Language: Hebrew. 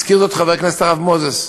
והזכיר זאת חבר כנסת הרב מוזס: